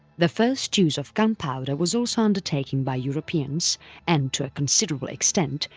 the first use of gunpowder was also undertaken by europeans and to a considerable extent,